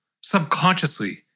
subconsciously